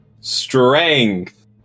Strength